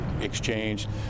exchanged